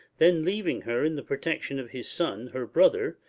then leaving her in the protection of his son, her brother,